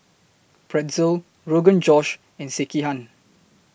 Pretzel Rogan Josh and Sekihan